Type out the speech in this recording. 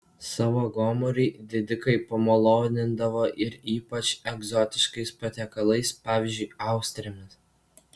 savo gomurį didikai pamalonindavo ir ypač egzotiškais patiekalais pavyzdžiui austrėmis